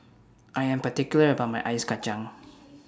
I Am particular about My Ice Kacang